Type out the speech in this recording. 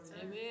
Amen